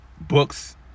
books